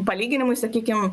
palyginimui sakykim